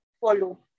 follow